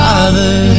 Father